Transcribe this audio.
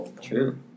True